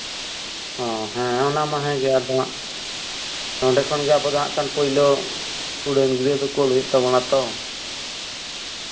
ᱚ ᱦᱮᱸ ᱚᱱᱟᱢᱟ ᱦᱮᱸᱜᱮ ᱟᱫᱚ ᱦᱟᱜ ᱚᱸᱰᱮ ᱠᱷᱚᱱᱜᱮ ᱟᱵᱚ ᱫᱚ ᱦᱟᱜ ᱯᱳᱭᱞᱳ ᱩᱰᱟᱹᱱ ᱜᱤᱨᱟᱹ ᱫᱚ ᱠᱳᱞ ᱦᱩᱭᱩᱜ ᱛᱟᱵᱳᱱᱟ ᱛᱚ